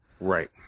Right